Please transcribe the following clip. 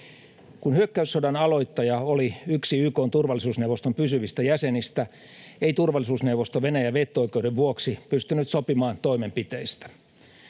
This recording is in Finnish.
Kun hyökkäyssodan aloittaja oli yksi YK:n turvallisuusneuvoston pysyvistä jäsenistä, ei turvallisuusneuvosto Venäjän veto-oikeuden vuoksi pystynyt sopimaan toimenpiteistä.